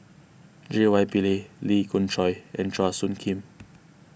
J Y Pillay Lee Khoon Choy and Chua Soo Khim